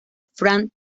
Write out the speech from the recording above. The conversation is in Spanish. fran